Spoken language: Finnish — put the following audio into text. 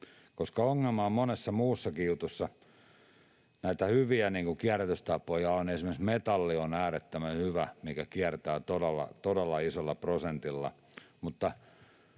on. Ongelma on monessa muussakin jutussa. Näitä hyviä kierrätystapoja on. Esimerkiksi metalli on äärettömän hyvä, se kiertää todella isolla prosentilla.